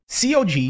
COG